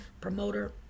promoter